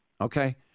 Okay